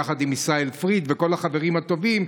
יחד עם ישראל פריד וכל החברים הטובים,